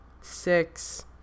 six